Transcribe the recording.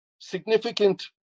Significant